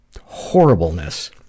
horribleness